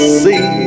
see